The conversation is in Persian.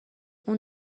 اون